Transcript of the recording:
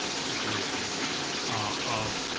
situation of